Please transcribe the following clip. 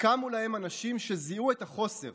קמו להם אנשים שזיהו את החוסר,